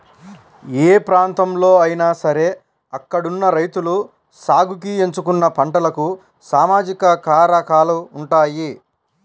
ఏ ప్రాంతంలో అయినా సరే అక్కడున్న రైతులు సాగుకి ఎంచుకున్న పంటలకు సామాజిక కారకాలు ఉంటాయి